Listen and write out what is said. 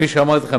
כפי שאמרתי לך,